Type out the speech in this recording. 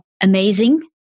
amazing